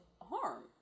harm